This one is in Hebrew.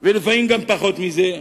ולפעמים פחות מזה.